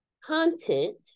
content